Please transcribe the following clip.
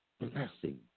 blessing